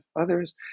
others